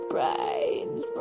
Brains